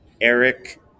Eric